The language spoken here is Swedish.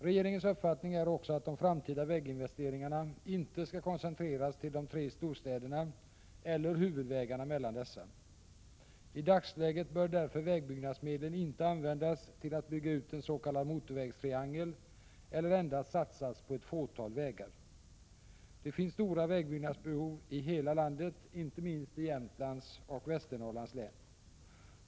Regeringens uppfattning är också att de framtida väginvesteringarna inte skall koncentreras till de tre storstäderna eller huvudvägarna mellan dessa. I dagsläget bör därför vägbyggnadsmedlen inte användas till att bygga ut en s.k. motorvägstriangel eller endast satsas på ett fåtal vägar. Det finns stora vägbyggnadsbehov i hela landet, inte minst i Jämtlands och Västernorrlands län.